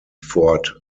fort